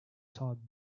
todd